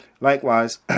Likewise